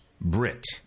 Brit